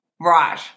Right